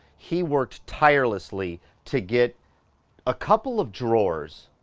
he works tirelessly to get a couple of drawers